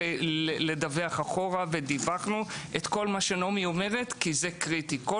לדווח אחורה ודיווחנו את כל מה שנעמי אומרת כי זה קריטי,